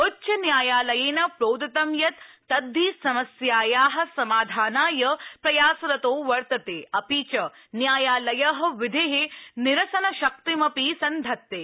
उच्चन्यायालयेन प्रोदितं यत् तद्धि समस्याया समाधानाय प्रयासरतो वर्तते अपि च न्यायालय विधे निरसनशक्तिमपि सन्धत्ते